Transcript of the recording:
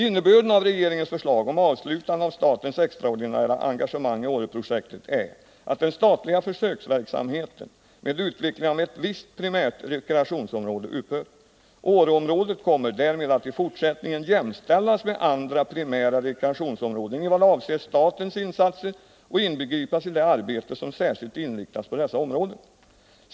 Innebörden av regeringens förslag om avslutande av statens extraordinära engagemang i Åreprojektet är att den statliga försöksverksamheten med utveckling av ett viss primärt rekreationsområde upphör. Åreområdet kommer därmed att i fortsättningen jämställas med andra primära rekreationsområden i vad avser statens insatser och inbegripas i det arbete som särskilt inriktas på dessa områden.